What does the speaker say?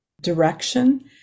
direction